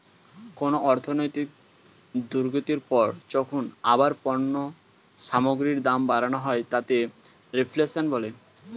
কোনো অর্থনৈতিক দুর্গতির পর যখন আবার পণ্য সামগ্রীর দাম বাড়ানো হয় তাকে রিফ্লেশন বলে